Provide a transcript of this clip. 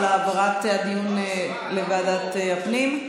על העברת הדיון לוועדת הפנים.